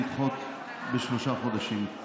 לדחות בשלושה חודשים.